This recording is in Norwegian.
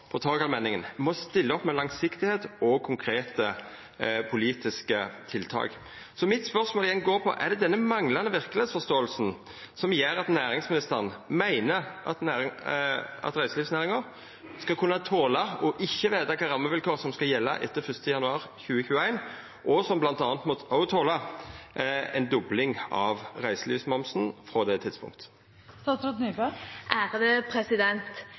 må stilla opp med langsiktigheit og konkrete politiske tiltak. Mitt spørsmål går igjen på dette: Er det denne manglande verkelegheitsforståinga som gjer at næringsministeren meiner at reiselivsnæringa skal kunna tola å ikkje vita kva for rammevilkår som skal gjelda etter 1. januar 2021, og bl.a. òg tola ei dobling av reiselivsmomsen frå det tidspunktet? 1,4 mrd. kr – det